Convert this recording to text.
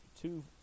two